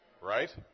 right